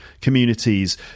communities